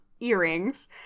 earrings